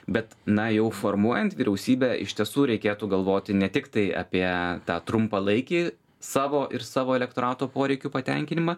bet na jau formuojant vyriausybę iš tiesų reikėtų galvoti ne tiktai apie tą trumpalaikį savo ir savo elektorato poreikių patenkinimą